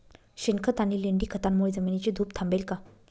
शेणखत आणि लेंडी खतांमुळे जमिनीची धूप थांबेल का?